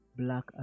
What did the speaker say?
black